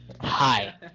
Hi